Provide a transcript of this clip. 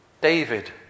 David